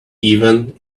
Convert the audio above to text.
even